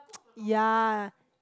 ya